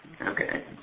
Okay